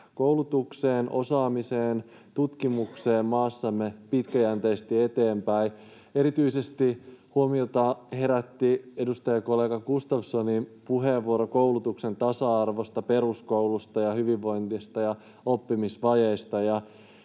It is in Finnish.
koulutukseen, osaamiseen ja tutkimukseen maassamme pitkäjänteisesti eteenpäin. Erityisesti huomiota herätti edustajakollega Gustafssonin puheenvuoro koulutuksen tasa-arvosta, peruskoulusta ja hyvinvoinnista ja oppimisvajeista,